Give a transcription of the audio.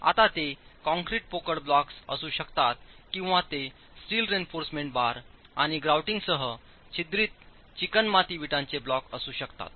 आता ते कॉंक्रिट पोकळ ब्लॉक्स असू शकतात किंवा ते स्टील रेइन्फॉर्समेंट बार आणि ग्राउटिंगसह छिद्रित चिकणमाती विटांचे ब्लॉक असू शकतात